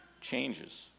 changes